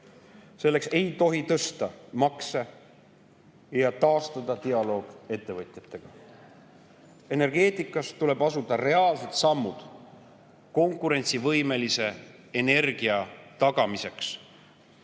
selleks ei tohi tõsta makse ja [tuleb] taastada dialoog ettevõtjatega. Energeetikas tuleb astuda reaalsed sammud konkurentsivõimelise energia tagamiseks